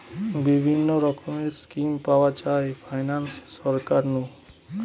বিভিন্ন রকমের স্কিম পাওয়া যায় ফাইনান্সে সরকার নু